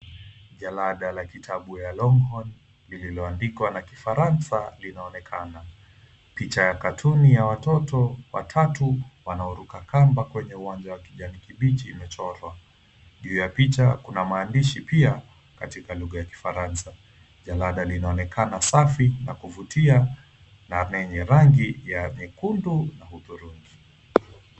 Jalada la kitabu cha Longhorn lililoandikwa na Kifaranza linaonekana. Picha ya katuni ya watoto watatu wanaoruka kamba kwenye uwanja wa kijani kibichi imechorwa. Juu ya picha kuna maandishi pia katika lugha ya Kifaranza. Jalada linaonekana safi na kuvutia na lenye rangi nyekundu na hudhurungi.